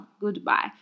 goodbye